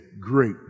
great